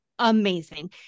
amazing